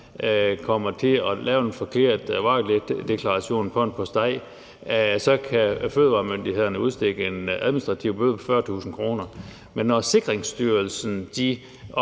kommer til at lave en forkert varedeklaration på en postej, så kan fødevaremyndighederne udstikke en administrativ bøde på 40.000 kr., men når Sikringsstyrelsen